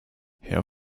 herr